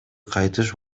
кайтыш